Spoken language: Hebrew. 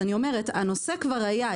אז הנושא כבר היה,